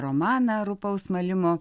romaną rupaus malimo